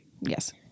Yes